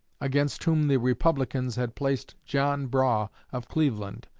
against whom the republicans had placed john brough of cleveland.